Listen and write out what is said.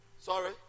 Sorry